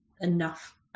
enough